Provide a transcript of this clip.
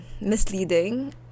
misleading